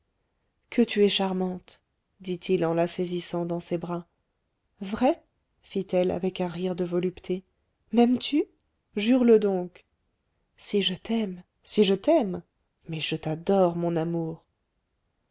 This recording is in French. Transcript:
que tu es charmante dit-il en la saisissant dans ses bras vrai fit-elle avec un rire de volupté m'aimes-tu jure le donc si je t'aime si je t'aime mais je t'adore mon amour